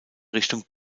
richtung